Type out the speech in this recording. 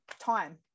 time